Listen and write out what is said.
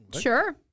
Sure